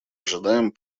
ожидаем